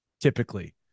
typically